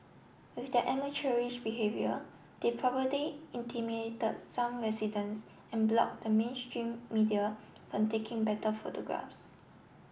with their amateurish behaviour they intimidated some residents and block the mainstream media from taking better photographs